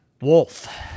Wolf